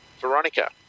Veronica